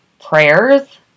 prayers